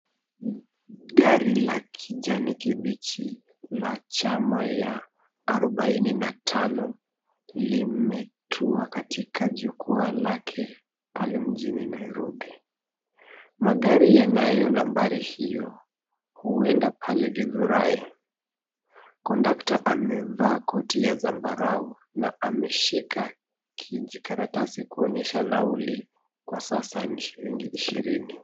Gari la kijani kibichi la chamba ya arobaini na tano limetua katika jukwa lake pale mjini Nairobi. Magari yanayo nambari hiyo huenda pale Githurai. Kondakta amevaa koti ya zambarau na ameshika kijikaratasi kuonyesha nauli kwa sasa ni shilingi ishirini.